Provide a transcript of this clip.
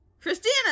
Christina